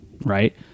right